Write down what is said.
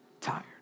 tired